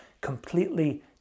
completely